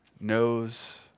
knows